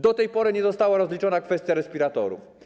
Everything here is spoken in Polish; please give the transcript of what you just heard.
Do tej pory nie została rozliczona kwestia respiratorów.